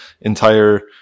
entire